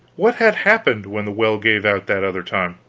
what had happened when the well gave out that other time?